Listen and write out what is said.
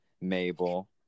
Mabel